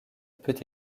peut